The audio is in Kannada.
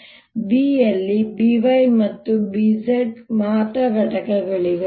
ಇದರರ್ಥ B ಯಲ್ಲಿ By ಮತ್ತು Bz ಮಾತ್ರ ಘಟಕಗಳಿವೆ